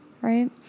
right